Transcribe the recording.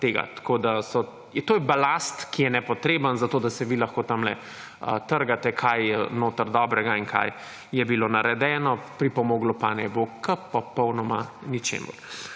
Tako je to balast, ki je nepotreben, zato da se vi lahko tamle trgate, kaj je dobrega in kaj je bilo narejeno, pripomoglo pa ne bo k popolnoma ničemur.